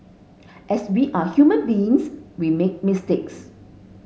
as we are human beings we make mistakes